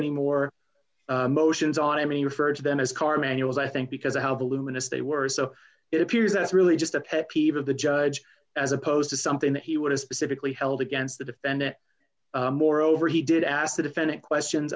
any more motions on i mean referred to them as car manuals i think because of how the luminous they were so it appears that it's really just a pet peeve of the judge as opposed to something that he would have specifically held against the defendant moreover he did ask the defendant questions